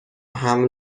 حمل